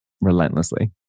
relentlessly